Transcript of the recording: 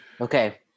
Okay